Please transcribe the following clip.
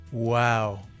Wow